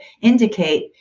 indicate